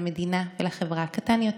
למדינה ולחברה קטן יותר.